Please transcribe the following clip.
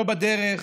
לא בדרך